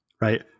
right